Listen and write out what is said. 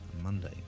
Monday